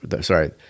sorry